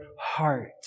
heart